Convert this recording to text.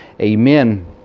Amen